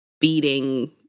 beating